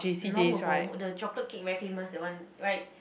long ago the chocolate cake very famous that one right